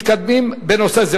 מתקדמים בנושא זה,